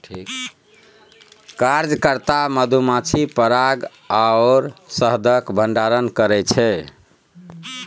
कार्यकर्ता मधुमाछी पराग आओर शहदक भंडारण करैत छै